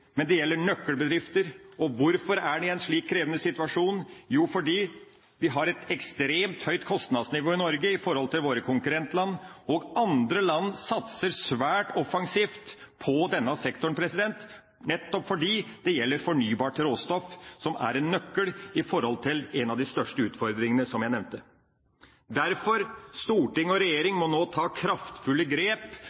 men det gjelder nøkkelbedrifter. Og hvorfor er de i en slik krevende situasjon? Jo, fordi vi har et ekstremt høyt kostnadsnivå i Norge i forhold til våre konkurrentland. Andre land satser svært offensivt på denne sektoren, nettopp fordi det gjelder fornybart råstoff som er en nøkkel i forhold til en av de største utfordringene som jeg nevnte. Derfor må storting og